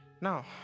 Now